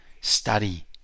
Study